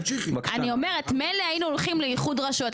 אני אומרת, מילא היינו הולכים לאיחוד רשויות.